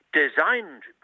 designed